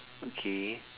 okay